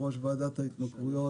יושב-ראש ועדת ההתמכרויות,